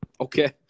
Okay